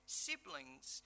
siblings